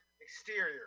Exterior